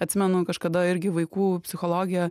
atsimenu kažkada irgi vaikų psichologė